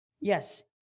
Yes